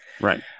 Right